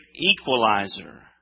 equalizer